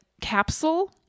capsule